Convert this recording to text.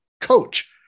coach